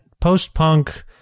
post-punk